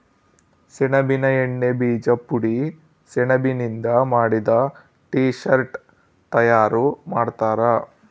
ಸೆಣಬಿನಿಂದ ಎಣ್ಣೆ ಬೀಜ ಪುಡಿ ಸೆಣಬಿನಿಂದ ಮಾಡಿದ ಟೀ ಶರ್ಟ್ ತಯಾರು ಮಾಡ್ತಾರ